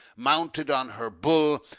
mounted on her bull,